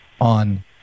on